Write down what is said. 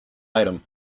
item